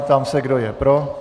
Ptám se, kdo je pro.